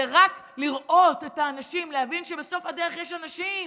זה רק לראות את האנשים, להבין שבסוף הדרך יש אנשים